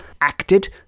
acted